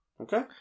Okay